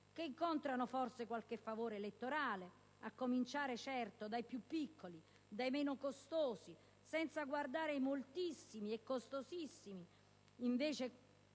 che incontrano forse qualche favore elettorale, a cominciare dai più piccoli, dai meno costosi, senza guardare ai moltissimi ed onerosi costi